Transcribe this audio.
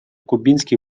кубинских